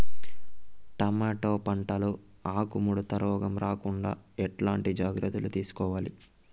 Tomato పంట లో ఆకు ముడత రోగం రాకుండా ఎట్లాంటి జాగ్రత్తలు తీసుకోవాలి?